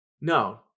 No